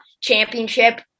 championship